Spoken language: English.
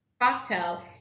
cocktail